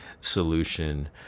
solution